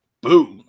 Boom